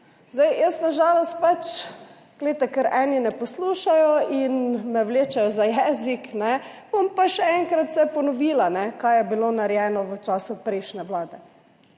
Jaz na žalost pač, glejte, ker eni ne poslušajo in me vlečejo za jezik, bom pa še enkrat vse ponovila, kaj je bilo narejeno v času prejšnje vlade.